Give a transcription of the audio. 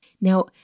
Now